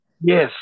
Yes